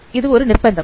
இது ஒரு நிர்ப்பந்தம்